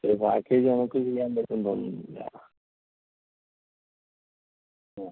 ഈ പാക്കേജ് നമുക്ക് ചെയ്യാൻ പറ്റും എന്ന് തോന്നുന്നില്ല ആ